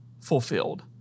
fulfilled